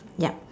yup